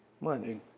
money